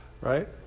Right